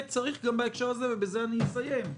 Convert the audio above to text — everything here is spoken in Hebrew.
צריך בהקשר הזה לומר, ובזה אסיים,